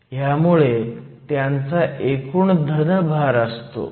ह्यामुळे त्यांचा एकूण धन भार असतो